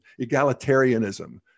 egalitarianism